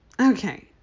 Okay